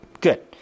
Good